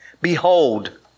behold